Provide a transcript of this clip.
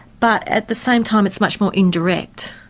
but at the same time it's much more indirect.